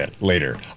later